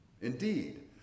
Indeed